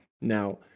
Now